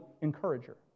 encourager